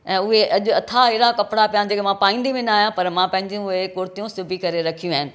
ऐं उहे अॼु अथा अहिड़ा कपिड़ा पिया आहिनि जेका मां पाईंदी बि न आहियां पर मां पंहिंजी उहे कुर्तियूं सुभी करे रखियूं आहिनि